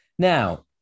Now